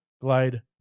glide